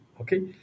Okay